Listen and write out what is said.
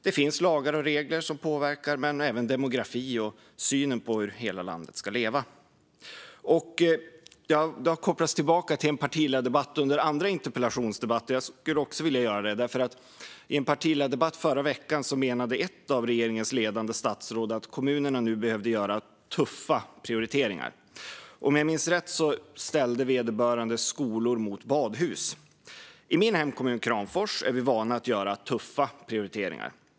Det finns lagar och regler som påverkar, men även demografin och synen på hur hela landet ska leva. Det har under andra interpellationsdebatter kopplats tillbaka till en partiledardebatt. Jag skulle också vilja göra det. I en partiledardebatt förra veckan menade ett av regeringens ledande statsråd att kommunerna nu behöver göra tuffa prioriteringar. Om jag minns rätt ställde vederbörande skolor mot badhus. I min hemkommun Kramfors är vi vana att göra tuffa prioriteringar.